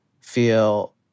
feel